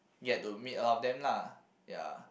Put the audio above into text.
get to meet a lot of them lah ya